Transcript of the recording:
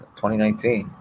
2019